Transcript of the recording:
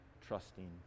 trusting